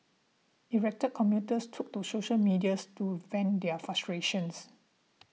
irate commuters took to social medias to vent their frustration